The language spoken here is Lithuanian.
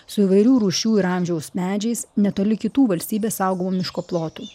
su įvairių rūšių ir amžiaus medžiais netoli kitų valstybės saugomų miško plotų